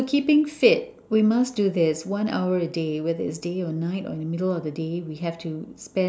so keeping fit we must do this one hour a day whether it is day or night or in the middle of the day we have to spend